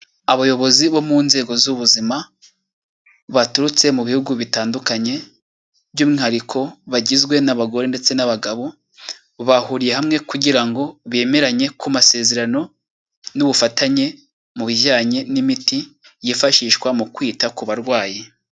Abayobozi bo mu nzego z'ubuzima baturutse mu bihugu bitandukanye, by'umwihariko bagizwe n'abagore ndetse n'abagabo, bahuriye hamwe kugira ngo bemeranye ku masezerano n'ubufatanye mu bijyanye n'imiti yifashishwa mu kwita ku barwayi.